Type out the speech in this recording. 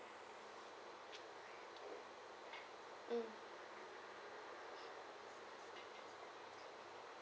mm